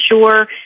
sure